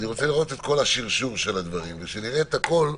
רוצה לראות את כל השרשור של הדברים וכשנראה את הכול,